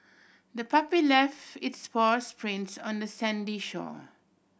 the puppy left its paws prints on the sandy shore